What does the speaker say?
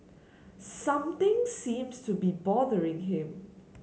something seems to be bothering him